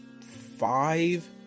five